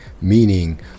meaning